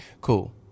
cool